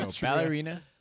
Ballerina